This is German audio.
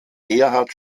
gerhard